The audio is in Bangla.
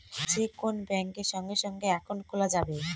যে কোন ব্যাঙ্কে সঙ্গে সঙ্গে একাউন্ট খোলা যাবে